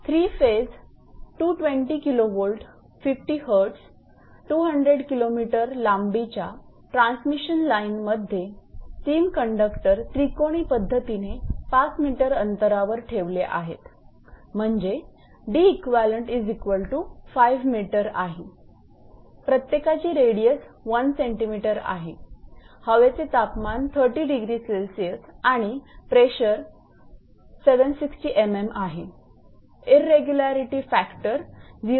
3 phase 220 𝑘𝑉 50 𝐻𝑧 200 𝑘𝑚 लांबीच्या transmission लाईनमध्ये 3 conductor त्रिकोणी पद्धतीने 5 𝑚 अंतरावर ठेवले आहेत म्हणजे 𝐷𝑒𝑞 5 𝑚 आहे प्रत्येकाची रेडियस1 𝑐𝑚 आहे हवेचे तापमान 30°𝐶 आणि प्रेशर 760 𝑚𝑚 आहे इरेगुलारिटी फॅक्टर 0